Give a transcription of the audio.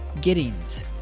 Giddings